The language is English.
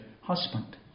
husband